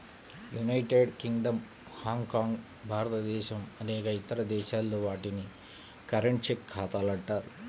United Kingdom, Hong Kong, భారతదేశం అనేక ఇతర దేశాల్లో, వాటిని కరెంట్, చెక్ ఖాతాలు అంటారు